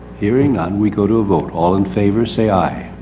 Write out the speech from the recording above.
hearing none, we go to a vote. all in favor, say aye.